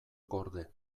gorde